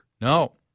No